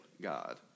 God